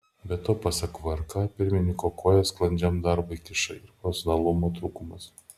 be to pasak vrk pirmininko koją sklandžiam darbui kiša ir profesionalumo trūkumas